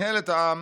מינהלת העם,